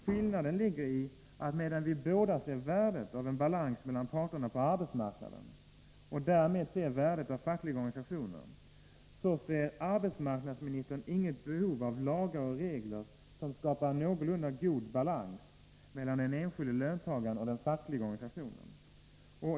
Skillnaden ligger i, att medan vi båda ser värdet av en balans mellan parterna på arbetsmarknaden — och därmed ser värdet av fackliga organisationer —, ser arbetsmarknadsministern inget behov av lagar och regler som skapar en någorlunda god balans mellan den enskilde löntagaren och den fackliga organisationen.